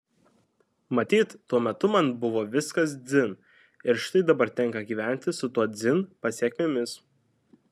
matyt tuo metu man buvo viskas dzin ir štai dabar tenka gyventi su to dzin pasekmėmis